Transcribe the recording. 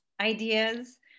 ideas